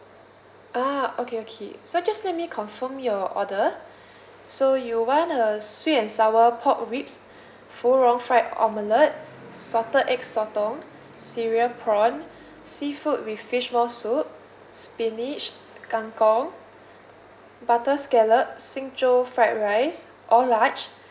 ah okay okay so just let me confirm your order so you want a sweet and sour pork ribs for fu rong fried omelet salted egg sotong cereal prawn seafood with fish maw soup spinach kang kong butter scallop xing zhou fried rice all large